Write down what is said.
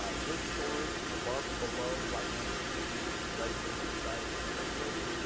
ah good storage above and below right next to the residential size refrigerator.